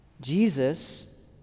Jesus